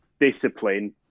discipline